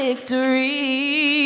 Victory